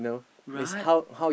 right